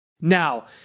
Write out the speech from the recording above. Now